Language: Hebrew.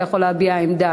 אתה יכול להביע עמדה,